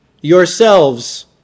yourselves